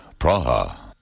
Praha